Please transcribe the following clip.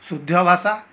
ଶୁଦ୍ଧ ଭାଷା